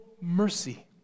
mercy